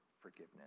forgiveness